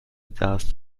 dust